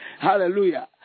Hallelujah